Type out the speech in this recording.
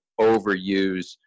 overuse